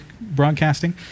broadcasting